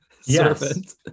servant